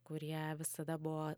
kurie visada buvo